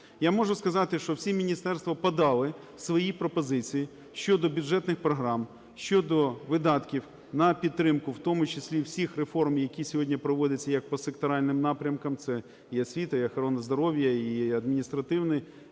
Я можу сказати, що всі міністерства подали свої пропозиції щодо бюджетних програм, щодо видатків на підтримку, в тому числі всіх реформ, які сьогодні проводяться як по секторальним напрямкам – це і освіта, і охорона здоров'я, і адміністративні